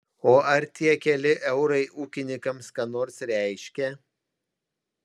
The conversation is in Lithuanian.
o ar tie keli eurai ūkininkams ką nors reiškia